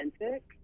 authentic